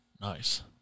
Nice